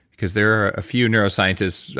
because there are a few neuroscientists,